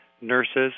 nurses